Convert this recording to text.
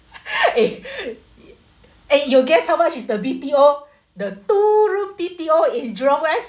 eh eh you guess how much is the B_T_O the two room B_T_O in jurong west